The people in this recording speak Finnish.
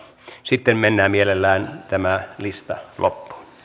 sitten mennään mielellään tämä lista loppuun